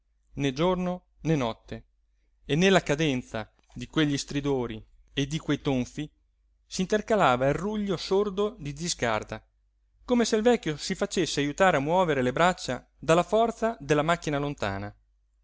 né giorno né notte e nella cadenza di quegli stridori e di quei tonfi s'intercalava il ruglio sordo di zi scarda come se il vecchio si facesse ajutare a muovere le braccia dalla forza della macchina lontana